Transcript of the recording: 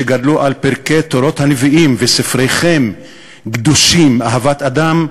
שגדלו על פרקי תורות הנביאים וספריכם גדושים אהבת אדם,